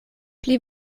pli